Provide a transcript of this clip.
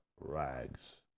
rags